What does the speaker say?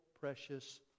precious